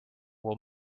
will